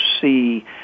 see